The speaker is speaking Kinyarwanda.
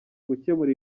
gukemura